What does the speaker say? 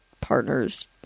partners